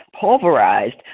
pulverized